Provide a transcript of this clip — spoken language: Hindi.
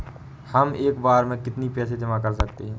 हम एक बार में कितनी पैसे जमा कर सकते हैं?